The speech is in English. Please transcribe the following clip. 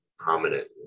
Prominent